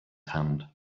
hand